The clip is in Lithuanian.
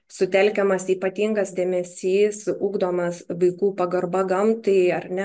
sutelkiamas ypatingas dėmesys ugdomas vaikų pagarba gamtai ar ne